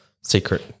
secret